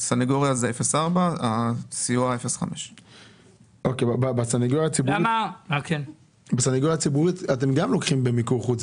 הסניגוריה זה 04 והסיוע המשפטי זה 05. בסניגוריה הציבורית אתם גם לוקחים מיקור חוץ.